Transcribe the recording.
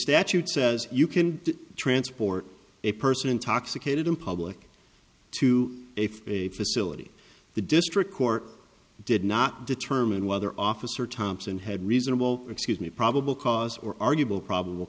statute says you can transport a person intoxicated in public to if a facility the district court did not determine whether officer thompson had reasonable excuse me probable cause or arguable probable